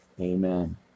Amen